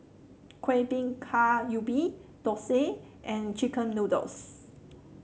Kueh Bingka Ubi Dosa and chicken noodles